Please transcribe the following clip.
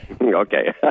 Okay